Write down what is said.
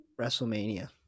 WrestleMania